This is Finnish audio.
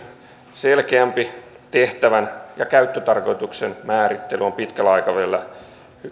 selkeämpi tehtävän ja käyttötarkoituksen määrittely on pitkällä aikavälillä